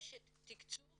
דורשת תקצוב.